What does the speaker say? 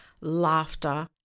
laughter